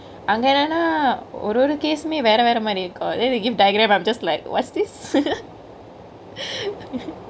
அங்க என்னானா ஒரு ஒரு:angke ennanaa oru oru case சுமே வேர வேர மாதிரி இருக்கு:sumee vera vera mathiri irukku then they give diagram I'm just like what's this